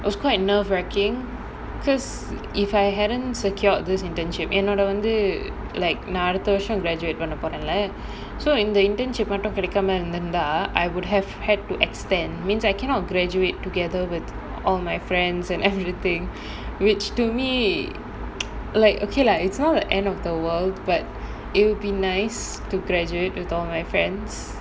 it was quite nerve racking because if I hadn't secured this internship என்னோட வந்து:ennoda vanthu like நான் அடுத்த வருஷம்:naan adutha varusham graduate பண்ண போறனாலே:panna poranaalae so இந்த:intha internship மட்டும் கிடைக்காமே இருந்து இருந்த:mattum kidaikaamae irunthu iruntha I would have had to extend means I cannot graduate together with all my friends and everything which to me like okay lah it's not the end of the world but it'll be nice to graduate with all my friends